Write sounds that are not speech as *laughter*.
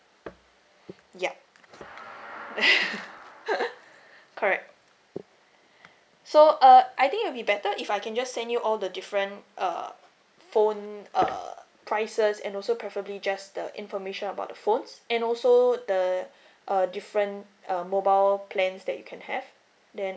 yup *laughs* correct *breath* so uh I think it'll better if I can just send you all the different uh phone uh prices and also preferably just the information about the phones and also the *breath* uh different uh mobile plans that you can have then